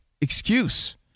excuse